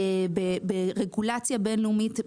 ברגולציה בינלאומית,